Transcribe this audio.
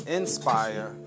inspire